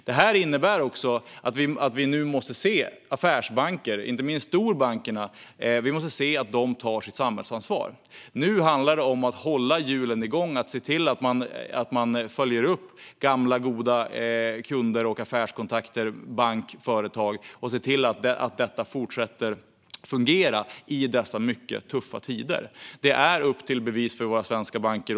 Detta innebär också att vi nu måste se att affärsbanker, inte minst storbankerna, tar sitt samhällsansvar. Nu handlar det om att hålla hjulen igång och se till att man följer upp gamla goda kunder, affärskontakter och företag och att detta fortsätter fungera i dessa mycket tuffa tider. Det är upp till bevis för våra svenska banker.